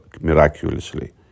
miraculously